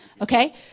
Okay